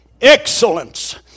excellence